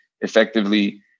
effectively